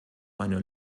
einer